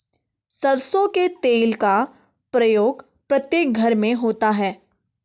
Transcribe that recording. सरसों के तेल का प्रयोग प्रत्येक घर में होता है